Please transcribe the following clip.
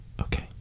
Okay